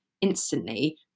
instantly